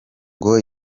ngo